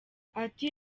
ati